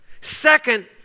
Second